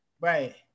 Right